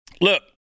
Look